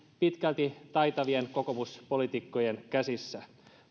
pitkälti taitavien kokoomuspoliitikkojen käsissä